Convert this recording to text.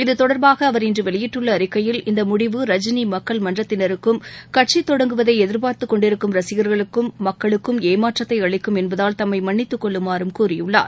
இது தொடர்பாக அவர் இன்று வெளியிட்டுள்ள அறிக்கையில் இந்த முடிவு ரஜினி மக்கள் மன்றத்தினருக்கும் கட்சித் தொடங்குவதை எதிர்பார்த்துக் கொண்டிருக்கும் ரசிகர்களுக்கும் மக்களுக்கும் ஏமாற்றத்தை அளிக்கும் என்பதால் தம்மை மன்னித்துக் கொள்ளுமாறும் கூறியுள்ளார்